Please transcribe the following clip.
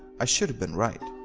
i should've been right.